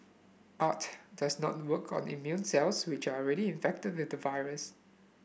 art does not work on immune cells which are already infected with the virus